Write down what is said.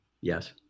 Yes